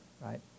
right